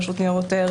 רשות ניירות ערך,